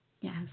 Yes